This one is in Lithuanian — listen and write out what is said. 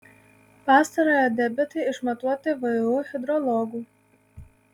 pastarojo debitai išmatuoti vu hidrologų